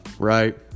Right